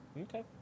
okay